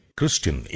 Christian